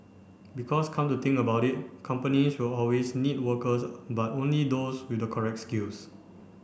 because come to think about it companies will always need workers but only those with the correct skills